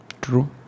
True